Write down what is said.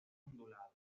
ondulado